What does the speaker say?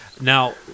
Now